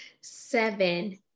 Seven